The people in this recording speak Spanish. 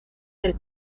del